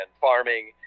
farming